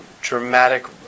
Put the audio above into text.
dramatic